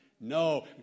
No